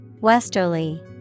Westerly